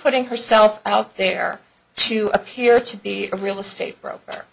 putting herself out there to appear to be a real estate broker